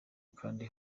kandi